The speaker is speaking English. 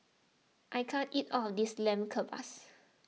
I can't eat all of this Lamb Kebabs